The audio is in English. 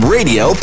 Radio